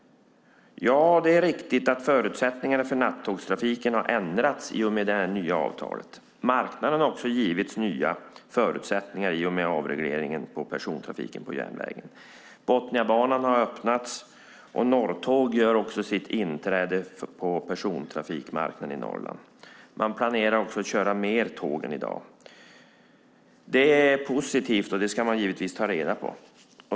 Ja, det är riktigt att förutsättningarna för nattågstrafiken har ändrats i och med det nya avtalet. Marknaden har också givits nya förutsättningar i och med avregleringen av persontrafiken på järnväg. Botniabanan har öppnats, och Norrtåg gör också sitt inträde på persontrafikmarknaden i Norrland. Man planerar också att köra mer tåg än i dag. Det är positivt, och det ska man givetvis ta vara på.